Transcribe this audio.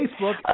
Facebook